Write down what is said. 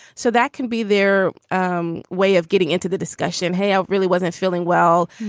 so that can be their um way of getting into the discussion. hey, i really wasn't feeling well.